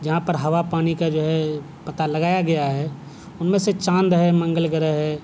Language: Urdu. جہاں پر ہوا پانی کا جو ہے پتا لگایا گیا ہے ان میں سے چاند ہے منگل گرہ ہے